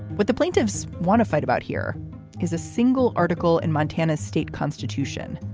what the plaintiffs want to fight about here is a single article in montana state constitution,